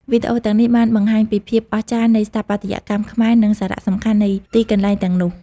វីដេអូទាំងនេះបានបង្ហាញពីភាពអស្ចារ្យនៃស្ថាបត្យកម្មខ្មែរ និងសារៈសំខាន់នៃទីកន្លែងទាំងនោះ។